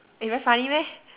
eh very funny meh